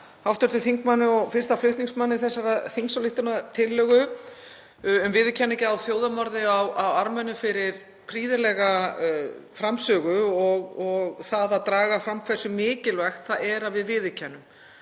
þakka hv. þingmanni og fyrsta flutningsmanni þessarar þingsályktunartillögu, um viðurkenningu á þjóðarmorði á Armenum, fyrir prýðilega framsögu og fyrir það að draga fram hversu mikilvægt það er að við viðurkennum.